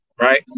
right